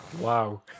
wow